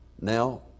now